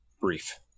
Brief